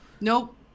nope